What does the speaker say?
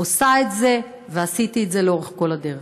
עושה את זה ועשיתי את זה לאורך כל הדרך.